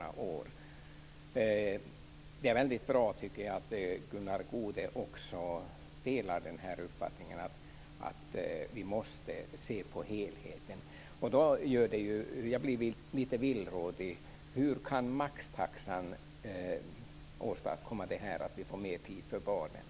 Jag tycker att det är väldigt bra att Gunnar Goude också delar uppfattningen att vi måste se på helheten. Jag blir då lite villrådig. Hur kan maxtaxan åstadkomma att man får mer tid för barnen?